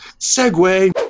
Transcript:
Segway